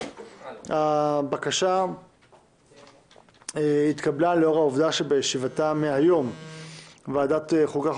הבקשה התקבלה לאור העובדה שבישיבתה מהיום ועדת החוקה,